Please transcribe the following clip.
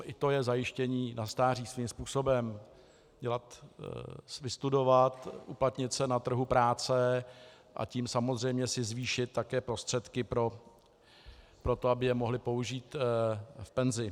I to je zajištění na stáří svým způsobem vystudovat, uplatnit se na trhu práce, a tím samozřejmě si zvýšit také prostředky pro to, aby je mohly použít v penzi.